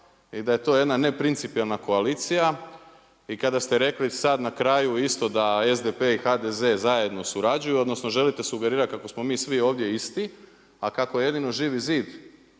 i da je to jedna neprincipijelna koalicija, i kada ste rekli sada na kraju isto da SDP i HDZ zajedno surađuju odnosno želite sugerirati kako smo mi svi ovdje isti, a kako jedino Živi zid